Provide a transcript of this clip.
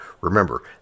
remember